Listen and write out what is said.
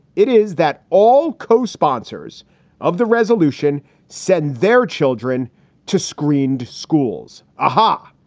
it is that all co-sponsors of the resolution send their children to screened schools. aha.